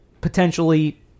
potentially